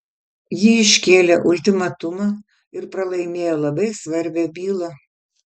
ji iškėlė ultimatumą ir pralaimėjo labai svarbią bylą